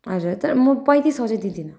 हजुर तर म पैँतिस सौ चाहिँ दिँदिनँ